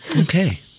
Okay